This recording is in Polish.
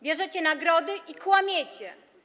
Bierzecie nagrody i kłamiecie.